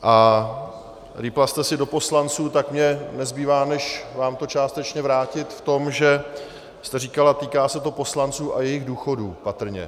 A rýpla jste si do poslanců, tak mně nezbývá, než vám to částečně vrátit v tom, že jste říkala: týká se to poslanců a jejich důchodů patrně.